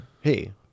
Hey